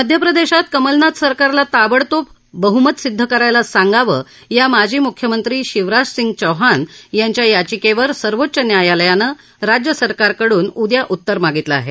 मध्य प्रदेशात कमलनाथ सरकारला ताबडतोब बहुमत सिद्ध करायला सांगावं या माजी मुख्यमंत्री शिवराजसिंग चौहान यांच्या याचिकेवर सर्वोच्च न्यायालयानं राज्य सरकारककडून उद्या उत्तर मागितलं आहे